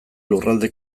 lurralde